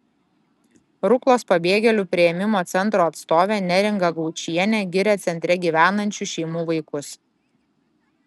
ruklos pabėgėlių priėmimo centro atstovė neringa gaučienė giria centre gyvenančių šeimų vaikus